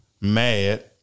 mad